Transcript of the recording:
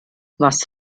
was